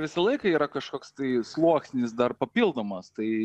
visą laiką yra kažkoks tai sluoksnis dar papildomas tai